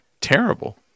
terrible